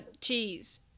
cheese